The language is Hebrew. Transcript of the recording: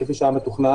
כפי שהיה מתוכנן,